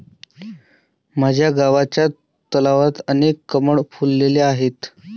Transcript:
माझ्या गावच्या तलावात अनेक कमळ फुलले आहेत